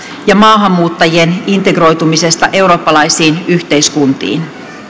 ja maahanmuuttajien integroitumisesta eurooppalaisiin yhteiskuntiin